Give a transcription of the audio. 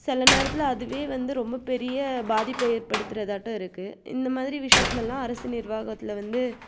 சில நேரத்தில் அதுவே வந்து ரொம்ப பெரிய பாதிப்பை ஏற்படுத்துறதாட்டம் இருக்கு இந்த மாதிரி விஷயத்துலலாம் அரசு நிர்வாகத்தில் வந்து